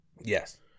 Yes